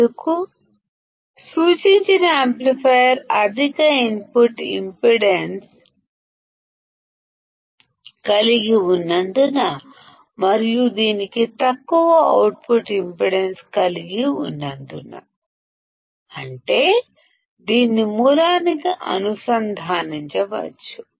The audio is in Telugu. ఎందుకంటే సూచిత యాంప్లిఫైయర్ అధిక ఇన్పుట్ ఇంపిడెన్స్ మరియు ఇది తక్కువ అవుట్పుట్ ఇంపిడెన్స్ కలిగి ఉన్నందున అంటే దీన్ని సోర్స్తో అనుసంధానించవచ్చు